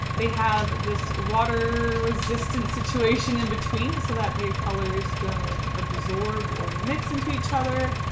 they have this water-resistant situation in between so that the colors don't absorb or mix into each other.